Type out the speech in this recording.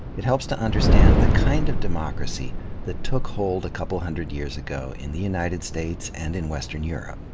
it helps to understand the kind of democracy that took hold a couple hundred years ago in the united states and in western europe.